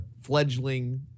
fledgling